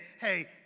hey